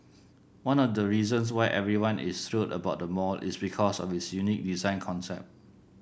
one of the reasons why everyone is thrilled about the mall is because of its unique design concept